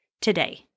today